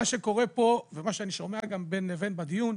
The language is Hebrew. מה שקורה פה, ומה שאני שומע גם בין לבין בדיון,